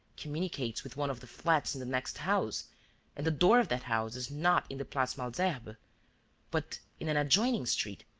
communicates with one of the flats in the next house and the door of that house is not in the place malesherbes, but in an adjoining street,